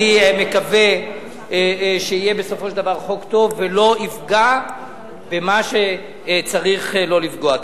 אני מקווה שיהיה בסופו של דבר חוק טוב שלא יפגע במה שצריך לא לפגוע.